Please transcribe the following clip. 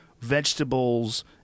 vegetables